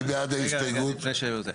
תודה.